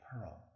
pearl